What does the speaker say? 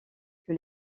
que